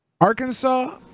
Arkansas